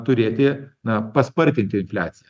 turėti na paspartinti infliaciją